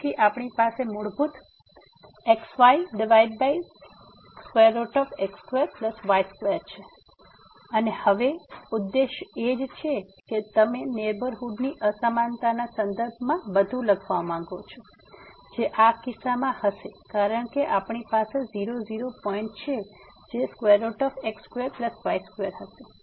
તેથી આપણી પાસે મૂળભૂત |xy|x2y2 છે અને હવે ઉદ્દેશ એ જ છે કે તમે નેહબરહુડ ની અસમાનતાના સંદર્ભમાં બધું લખવા માંગો છો જે આ કિસ્સામાં હશે કારણ કે આપણી પાસે 00 પોઈન્ટ છે જે x2y2 હશે